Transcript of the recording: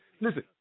listen